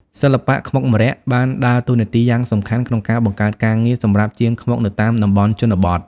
សិល្បៈខ្មុកម្រ័ក្សណ៍បានដើរតួនាទីយ៉ាងសំខាន់ក្នុងការ បង្កើតការងារ សម្រាប់ជាងខ្មុកនៅតាមតំបន់ជនបទ។